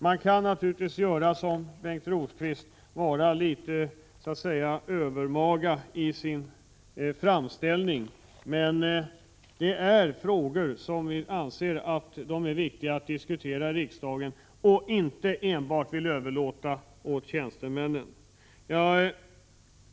Man kan naturligtvis som Birger Rosqvist vara litet övermaga i sin framställning, men detta är frågor som vi anser att det är viktigt att diskutera i riksdagen. Vi vill inte överlåta dem enbart till tjänstemännen.